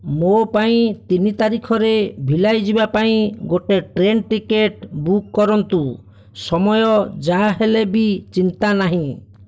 ମୋ ପାଇଁ ତିନି ତାରିଖରେ ଭିଲାଇ ଯିବା ପାଇଁ ଗୋଟେ ଟ୍ରେନ୍ ଟିକେଟ୍ ବୁକ୍ କରନ୍ତୁ ସମୟ ଯାହାହେଲେ ବି ଚିନ୍ତା ନାହିଁ